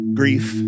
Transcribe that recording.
grief